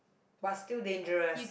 but still dangerous